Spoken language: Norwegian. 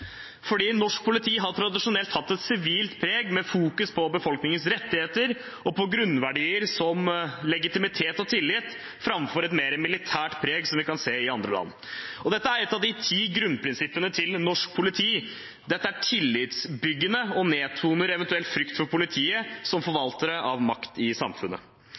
Norsk politi har tradisjonelt hatt et sivilt preg, med fokus på befolkningens rettigheter og på grunnverdier som legitimitet og tillit, framfor et mer militært preg som vi kan se i andre land. Dette er et av de ti grunnprinsippene til norsk politi. Det er tillitsbyggende og nedtoner eventuell frykt for politiet som forvaltere av makt i samfunnet.